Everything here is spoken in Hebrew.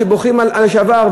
שבוכים על לשעבר,